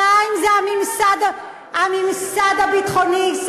הוא היחיד, 2. הממסד הביטחוני.